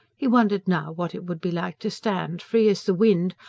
he wondered now what it would be like to stand free as the wind,